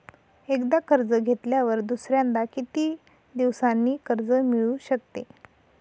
एकदा कर्ज घेतल्यावर दुसऱ्यांदा किती दिवसांनी कर्ज मिळू शकते?